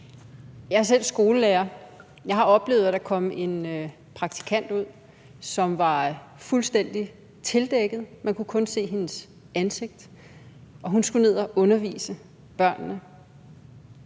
Jeg er selv skolelærer, og jeg har oplevet, at der kom en praktikant ud, som var fuldstændig tildækket; man kunne kun se hendes ansigt. Hun skulle ned og undervise børnene